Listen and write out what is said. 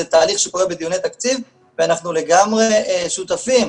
זה תהליך שקורה בדיוני תקציב ואנחנו לגמרי שותפים